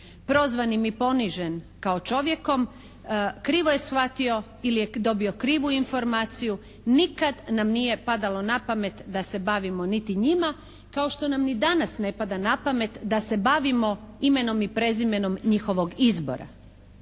prozvanim i ponižen kao čovjekom krivo je shvatio ili je dobio krivu informaciju, nikad nam nije padalo na pamet da se bavimo niti njima, kao što nam ni danas ne pada na pamet da se bavimo imenom i prezimenom njihovog izbora,